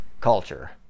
culture